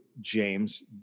James